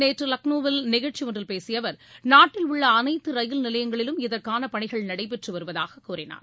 நேற்று லக்னோவில் நிகழ்ச்சி ஒன்றில் பேசிய அவர் நாட்டில் உள்ள அனைத்து ரயில் நிலையங்களிலும் இதற்கான பணிகள் நடைபெற்று வருவதாகக் கூறினார்